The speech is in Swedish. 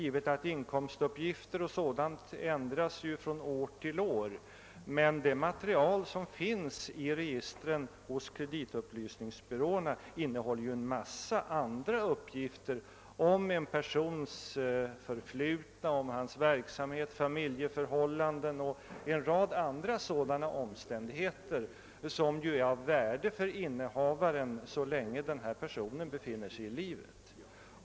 Inkomstuppgifter o. d. ändras givetvis från år till år, men det material som finns i registren hos kreditupplysningsbyråerna innehåller en mängd andra uppgifter — om en persons förflutna, om hans verksamhet, om familjeförhållanden och om en rad andra omständigheter som är av värde för innehavaren så länge denna person befin ner sig i livet.